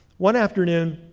one afternoon,